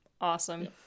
Awesome